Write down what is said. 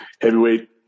heavyweight